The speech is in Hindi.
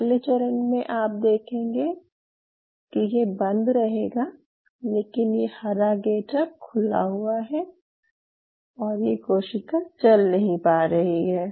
अगले चरण में आप देखेंगे कि ये बंद रहेगा लेकिन ये हरा गेट अब खुला हुआ है और ये कोशिका चल नहीं पा रही है